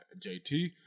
JT